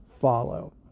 follow